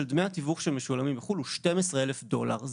דמי התיווך שמשולמים בחו"ל הם 12,000 דולר.